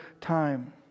time